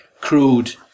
crude